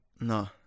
No